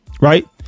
Right